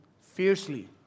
fiercely